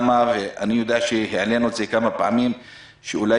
אני יודע שהעלינו כמה פעמים את הנושא שאולי